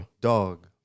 Dog